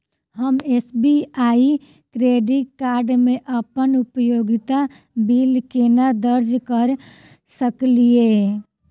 हम SBI credit card मे अप्पन उपयोगिता बिल केना दर्ज करऽ सकलिये?